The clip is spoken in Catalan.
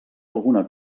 alguna